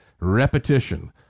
Repetition